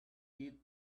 did